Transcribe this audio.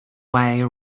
way